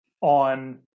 on